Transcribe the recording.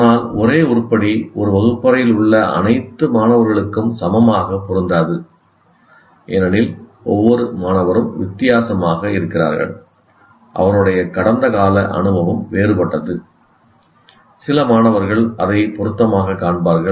ஆனால் ஒரே உருப்படி ஒரு வகுப்பறையில் உள்ள அனைத்து மாணவர்களுக்கும் சமமாக பொருந்தாது ஏனெனில் ஒவ்வொரு மாணவரும் வித்தியாசமாக இருக்கிறார்கள் அவருடைய கடந்தகால அனுபவம் வேறுபட்டது சில மாணவர்கள் அதைப் பொருத்தமாகக் காண்பார்கள்